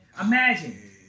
Imagine